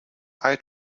eye